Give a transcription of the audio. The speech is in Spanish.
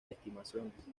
estimaciones